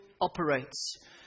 operates